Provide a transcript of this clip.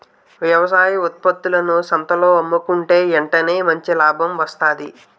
వ్యవసాయ ఉత్త్పత్తులను సంతల్లో అమ్ముకుంటే ఎంటనే మంచి లాభం వస్తాది